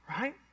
right